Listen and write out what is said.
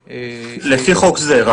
לפי חוק זה.